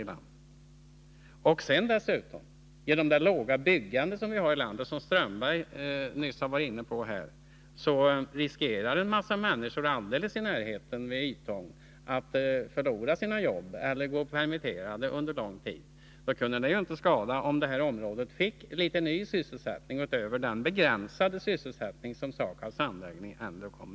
Vidare riskerar en mängd människor — genom det låga byggande som vi har här i landet och som Håkan Strömberg var inne på — alldeles i närheten av denna anläggning, vid Ytongfabriken, att förlora sina jobb eller gå permitterade en lång tid. Därför skulle det inte skada om det här området fick litet ny sysselsättning, något över den begränsade sysselsättning som SAKAB:s anläggning ändå ger.